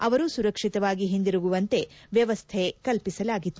ಅವರು ಸುರಕ್ಷಿತವಾಗಿ ಹಿಂದಿರುಗುವಂತೆ ವ್ಯವಸ್ಥೆ ಕಲ್ಪಿಸಲಾಗಿತ್ತು